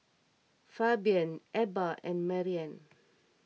Fabian Ebba and Marian